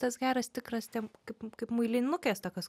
tas geras tikras ten kaip kaip muilinukės tokios